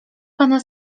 pana